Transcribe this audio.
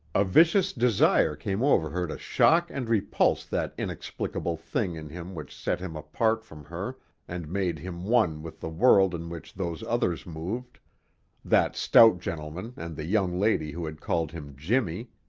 a vicious desire came over her to shock and repulse that inexplicable thing in him which set him apart from her and made him one with the world in which those others moved that stout gentleman and the young lady who had called him jimmie.